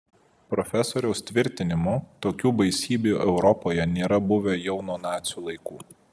profesoriaus tvirtinimu tokių baisybių europoje nėra buvę jau nuo nacių laikų